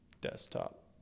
Desktop